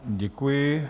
Děkuji.